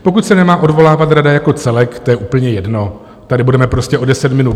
Pokud se nemá odvolávat rada jako celek, to je úplně jedno, tady budeme prostě o deset minut déle.